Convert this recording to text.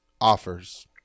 offers